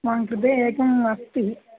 मम कृते एकम् अस्ति